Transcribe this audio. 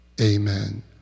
amen